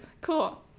Cool